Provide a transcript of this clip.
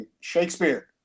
Shakespeare